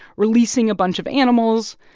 releasing a bunch of animals.